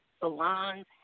salons